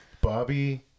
Bobby